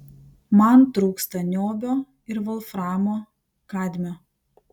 man trūksta niobio ir volframo kadmio